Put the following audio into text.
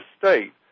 state